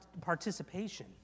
participation